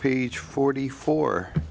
page forty four